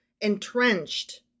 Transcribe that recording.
entrenched